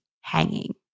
hanging